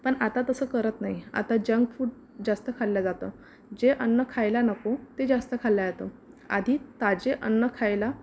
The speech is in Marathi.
पण आता तसं करत नाही आता जंक फूड जास्त खाल्लं जातं जे अन्न खायला नको ते जास्त खाल्लं जातं आधी ताजे अन्न खायला